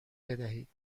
بدهید